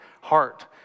heart